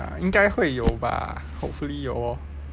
ya 应该会有吧会有 orh